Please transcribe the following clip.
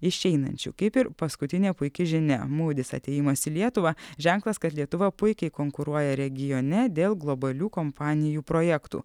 išeinančių kaip ir paskutinė puiki žinia mūdis atėjimas į lietuvą ženklas kad lietuva puikiai konkuruoja regione dėl globalių kompanijų projektų